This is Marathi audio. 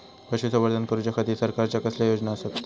पशुसंवर्धन करूच्या खाती सरकारच्या कसल्या योजना आसत?